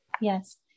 Yes